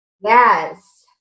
Yes